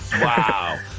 Wow